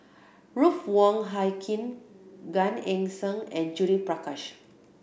Ruth Wong Hie King Gan Eng Seng and Judith Prakash